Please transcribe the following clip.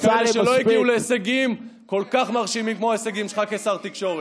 על כאלה שלא הגיעו להישגים כל כך מרשימים כמו ההישגים שלך כשר התקשורת.